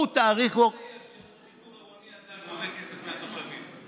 אתה לווה כסף מהתושבים.